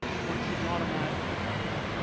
one should not imagine a kind of